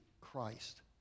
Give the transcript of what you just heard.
Christ